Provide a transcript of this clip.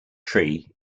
tree